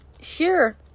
sure